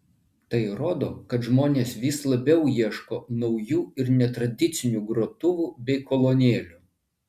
tai rodo kad žmonės vis labiau ieško naujų ir netradicinių grotuvų bei kolonėlių